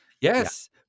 Yes